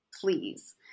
please